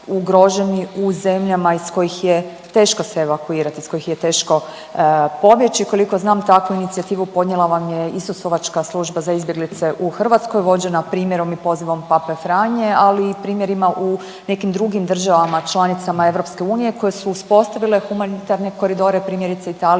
u zemljama iz kojih je teško se evakuirati, iz kojih je teško pobjeći. Koliko znam takvu inicijativu podnijela vam je Isusovačka služba za izbjeglice u Hrvatskoj vođena primjerom i pozivom Pape Franje, ali i primjerima u nekim drugim državama članicama EU koje su uspostavile humanitarne koridore. Primjerice Italija